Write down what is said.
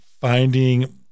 finding